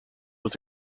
was